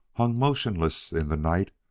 hung motionless in the night,